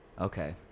okay